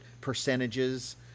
percentages